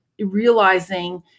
realizing